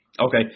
Okay